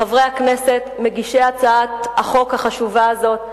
חברי הכנסת מגישי הצעת החוק החשובה הזאת,